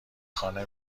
خانه